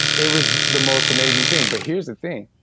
it was the most amazing thing. but here's the thing.